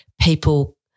people